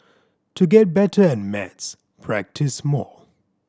to get better at maths practise more